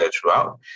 throughout